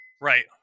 Right